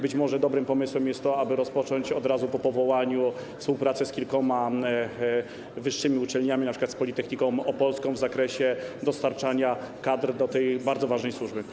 Być może dobrym pomysłem jest to, aby rozpocząć od razu po powołaniu tego biura współpracę z kilkoma wyższymi uczelniami, np. z Politechniką Opolską, w zakresie dostarczania kadr do tej bardzo ważnej służby.